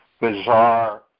bizarre